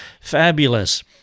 fabulous